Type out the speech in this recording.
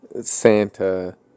Santa